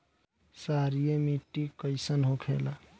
क्षारीय मिट्टी कइसन होखेला?